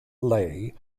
ley